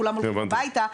כולם הולכים הביתה,